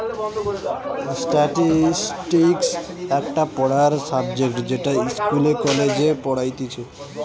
statistics একটা পড়ার subject যেটা ইস্কুলে, কলেজে পড়াইতিছে